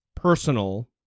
personal